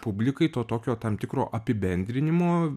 publikai to tokio tam tikro apibendrinimo